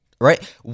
right